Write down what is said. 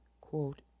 quote